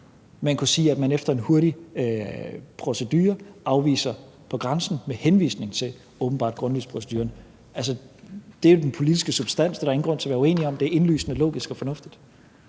men kunne sige, at man efter en hurtig procedure afviser på grænsen med henvisning til åbenbart grundløs-proceduren. Altså, det er jo den politiske substans. Det er der ingen grund til at være uenige om; det er indlysende, logisk og fornuftigt.